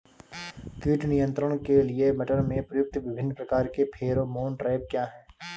कीट नियंत्रण के लिए मटर में प्रयुक्त विभिन्न प्रकार के फेरोमोन ट्रैप क्या है?